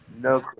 No